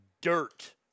dirt